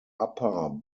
upper